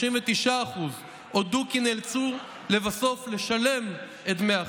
39% הודו כי נאלצו לבסוף לשלם את דמי החסות.